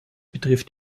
betrifft